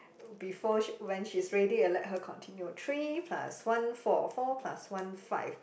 oh before when she's ready I let her continue three plus one four four plus one five